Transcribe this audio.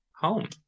home